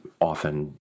often